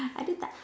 ada tak